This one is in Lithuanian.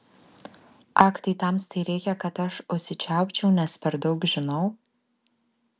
ak tai tamstai reikia kad aš užsičiaupčiau nes per daug žinau